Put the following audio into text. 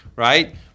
Right